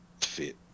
fit